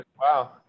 Wow